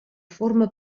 forma